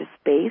space